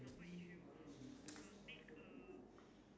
and the profit is a lot uh uh uh restaurant